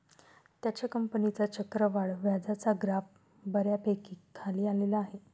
त्याच्या कंपनीचा चक्रवाढ व्याजाचा ग्राफ बऱ्यापैकी खाली आलेला आहे